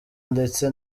ndetse